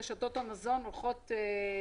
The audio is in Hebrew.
רשתות המזון הולכות לעשות את זה,